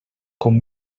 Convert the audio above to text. com